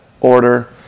order